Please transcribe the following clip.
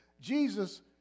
Jesus